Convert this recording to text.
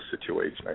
situation